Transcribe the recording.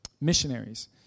missionaries